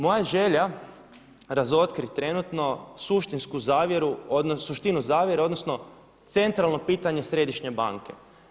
Moja je želja razotkriti trenutno suštinsku zavjeru, suštinu zavjere odnosno centralno pitanje središnje banke.